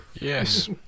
Yes